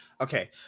Okay